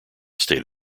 state